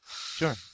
Sure